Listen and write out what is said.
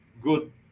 good